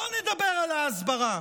בואו נדבר על ההסברה: